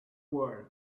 world